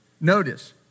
notice